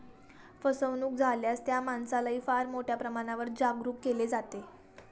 फसवणूक झाल्यास त्या माणसालाही फार मोठ्या प्रमाणावर जागरूक केले जाते